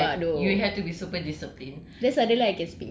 ya because yo~ ya you have to be super disciplined